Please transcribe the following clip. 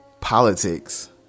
politics